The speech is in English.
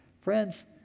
Friends